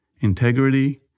Integrity